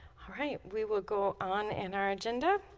alright we will go on in our agenda